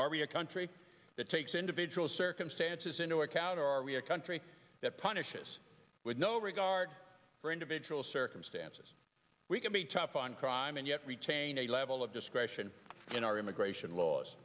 we a country that takes individual circumstances into account or are we a country that punishes with no regard for individual circumstances we can be tough on crime and yet retain a level of discretion in our immigration laws